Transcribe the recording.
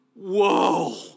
Whoa